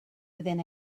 within